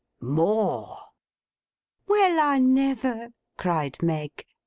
more well, i never cried meg.